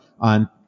on